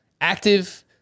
active